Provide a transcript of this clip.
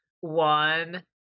one